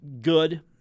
good